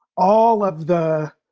all of the,